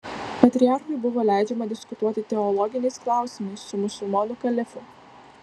patriarchui buvo leidžiama diskutuoti teologiniais klausimais su musulmonų kalifu